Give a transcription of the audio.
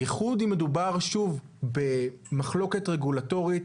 בייחוד אם מדובר במחלוקת רגולטורית.